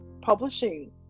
publishing